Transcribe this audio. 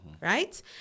right